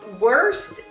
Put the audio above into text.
worst